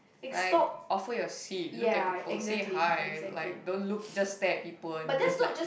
like offer your seat look at people say hi like don't look just stare at people and just like